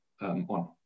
on